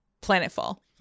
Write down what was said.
planetfall